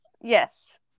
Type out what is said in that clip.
Yes